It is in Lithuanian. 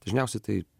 dažniausiai tai